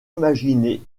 imaginé